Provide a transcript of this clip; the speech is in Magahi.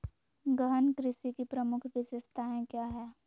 गहन कृषि की प्रमुख विशेषताएं क्या है?